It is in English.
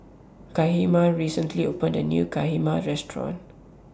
Tabetha recently opened A New Kheema Restaurant